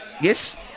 Yes